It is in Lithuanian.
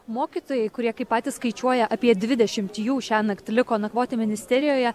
mokytojai kurie kaip patys skaičiuoja apie dvidešimt jų šiąnakt liko nakvoti ministerijoje